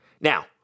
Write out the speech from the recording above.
Now